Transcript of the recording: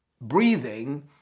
breathing